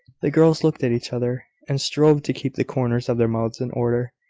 the girls looked at each other, and strove to keep the corners of their mouths in order.